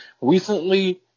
recently